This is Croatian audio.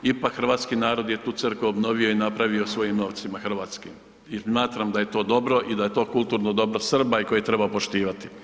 Ipak, hrvatski narod je tu crkvu obnovio i napravio svojim novcima hrvatskim i smatram da je to dobro i da je to kulturno dobro Srba koje treba poštivati.